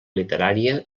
literària